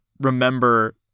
remember